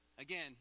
Again